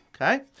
Okay